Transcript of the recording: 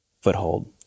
foothold